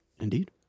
Indeed